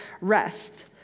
rest